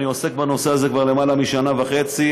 אני עוסק בנושא הזה כבר למעלה משנה וחצי.